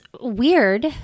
weird